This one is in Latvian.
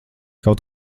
kaut